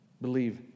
Believe